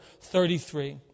thirty-three